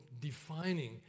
defining